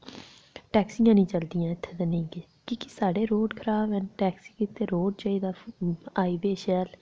टैक्सियां निं चलदियां इत्थें ते नेईं किश की के साढ़े रोड़ दा ते टैक्सी आस्तै रोड़ चाहिदा हाईवे शैल